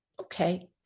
Okay